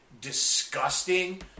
Disgusting